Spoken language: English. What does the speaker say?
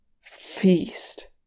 Feast